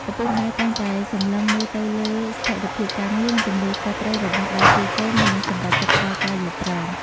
ឪពុកម្ដាយតែងតែសម្លឹងមើលទៅលើស្ថិរភាពការងារ និងទំនួលខុសត្រូវរបស់ដៃគូកូន មុននឹងសម្រេចចិត្តផ្ដល់ការយល់ព្រម។